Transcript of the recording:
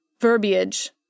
Verbiage